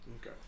Okay